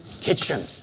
kitchen